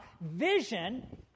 Vision